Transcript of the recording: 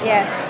Yes